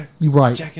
right